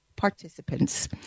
participants